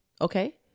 Okay